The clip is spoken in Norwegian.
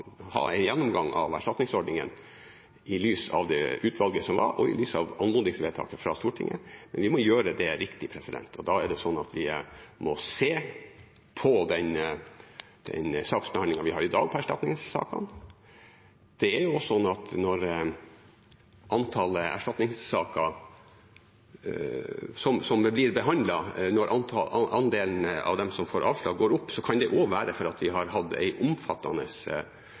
ha en gjennomgang av erstatningsordningen i lys av det utvalget som var, og i lys av anmodningsvedtaket fra Stortinget, men vi må gjøre det riktig, og da må vi må se på den saksbehandlingen vi har i dag når det gjelder erstatningssakene. Når andelen av erstatningssakene som får avslag, går opp, kan det også være fordi vi har hatt en omfattende